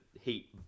Heat